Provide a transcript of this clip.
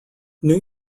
new